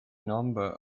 number